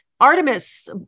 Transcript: Artemis